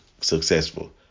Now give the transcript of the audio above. successful